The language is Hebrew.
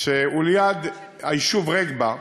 שהוא ליד היישוב רגבה,